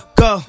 go